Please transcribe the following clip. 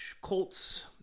Colts